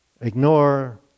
ignore